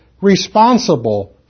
responsible